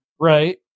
right